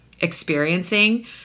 experiencing